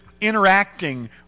interacting